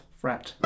fret